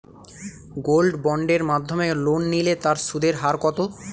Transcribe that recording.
Gold বন্ডের মাধ্যমে loan নিলে তার সুদের হার কত?